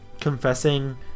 confessing